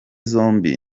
zombi